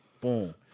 Boom